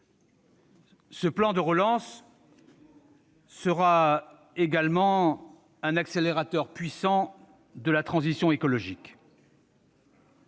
Ce plan de relance sera un accélérateur puissant de la transition écologique.